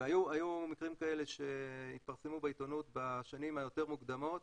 היו מקרים כאלה שהתפרסמו בעיתונות בשנים היותר מוקדמות,